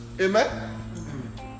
Amen